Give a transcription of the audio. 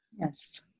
Yes